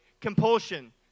compulsion